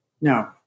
No